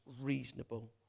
reasonable